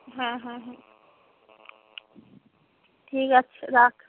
হ্যাঁ হ্যাঁ হ্যাঁ ঠিক আছে রাখ